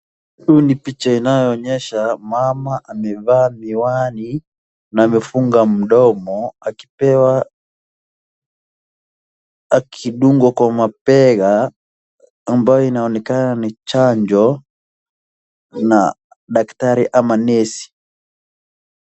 Mama ambaye amevaa miwani na amefunga mdomo akidungwa kwa mabega ambayo inaonekana ni chanjo na dakatri ama nesi.